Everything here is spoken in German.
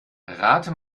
rate